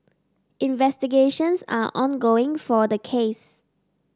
investigations are ongoing for the case